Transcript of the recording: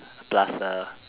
plus uh